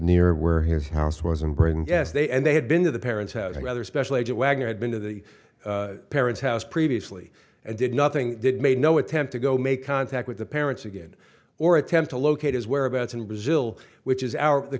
near where his house was and bring yes they and they had been to the parents house and other special agent wagner had been to the parents house previously and did nothing that made no attempt to go make contact with the parents again or attempt to locate his whereabouts in brazil which is our the